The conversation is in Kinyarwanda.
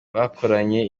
bakoranye